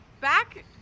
Back